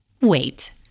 Wait